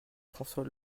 françois